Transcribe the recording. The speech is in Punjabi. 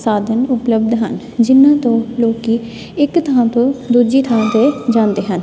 ਸਾਧਨ ਉਪਲਬਧ ਹਨ ਜਿਨ੍ਹਾਂ ਤੋਂ ਲੋਕ ਇੱਕ ਥਾਂ ਤੋਂ ਦੂਜੀ ਥਾਂ 'ਤੇ ਜਾਂਦੇ ਹਨ